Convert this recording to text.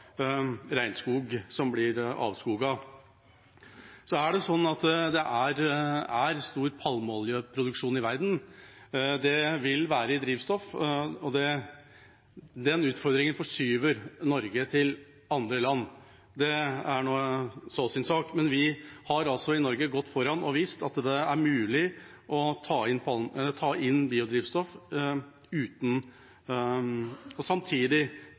som blir avskoget. Det er stor palmeoljeproduksjon i verden. Det vil være i drivstoff, og den utfordringen forskyver Norge til andre land. Det er så sin sak, men vi har i Norge gått foran og vist at det er mulig å ta inn biodrivstoff uten, og samtidig